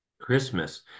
Christmas